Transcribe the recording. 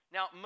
Now